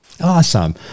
awesome